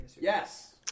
Yes